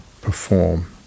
perform